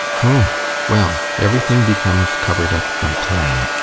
oh well, everything becomes covered up by time,